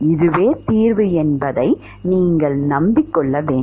இதுவே தீர்வு என்பதை நீங்களே நம்பிக் கொள்ள வேண்டும்